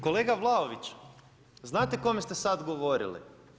Kolega Vlaoviću znate kome ste sada govorili?